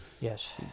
Yes